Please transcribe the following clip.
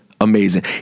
amazing